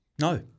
No